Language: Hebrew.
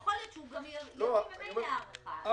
יכול להיות שהוא יביא ממילא הארכה,